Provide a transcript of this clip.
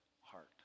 heart